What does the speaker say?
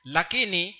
Lakini